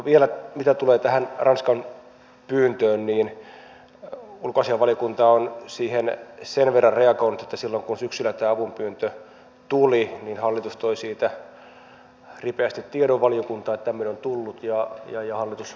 vielä mitä tulee tähän ranskan pyyntöön niin ulkoasiainvaliokunta on siihen sen verran reagoinut että kun silloin syksyllä tämä avunpyyntö tuli ja hallitus toi siitä ripeästi tiedon valiokuntaan että tämmöinen on tullut ja on jo jonotus